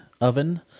oven